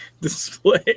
display